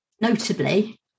Notably